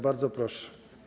Bardzo proszę.